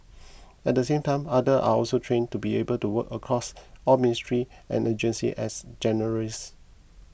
at the same time other are also trained to be able to work across all ministries and agencies as generalists